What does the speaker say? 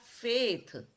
faith